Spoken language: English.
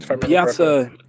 Piazza